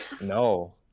no